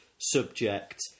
subject